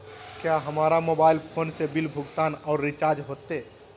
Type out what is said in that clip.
क्या हमारा mobile phone से बिल भुगतान और रिचार्ज होते?